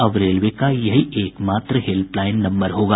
अब रेलवे का यही एकमात्र हेल्पलाईन नम्बर होगा